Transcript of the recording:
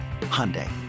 hyundai